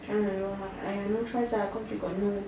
cannot remember lah !aiya! no choice lah cause they no